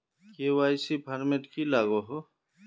KYC format की लागोहो?